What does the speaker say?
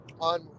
on